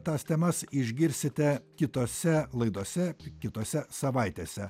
tas temas išgirsite kitose laidose kitose savaitėse